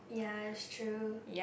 ya it's true